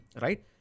right